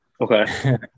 Okay